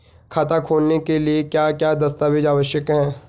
खाता खोलने के लिए क्या क्या दस्तावेज़ आवश्यक हैं?